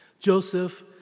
Joseph